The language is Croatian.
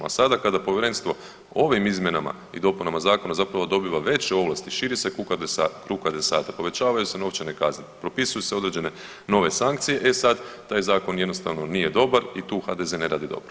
A sada kada povjerenstvo ovim izmjenama i dopunama zakona zapravo dobiva veće ovlasti, širi se krug adresata, povećavaju se novčane kazne, propisuju se određene nove sankcije, e sad taj zakon jednostavno nije dobar i tu HDZ ne radi dobro.